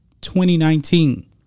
2019